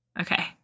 Okay